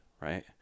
right